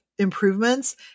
improvements